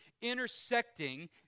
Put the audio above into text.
intersecting